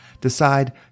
decide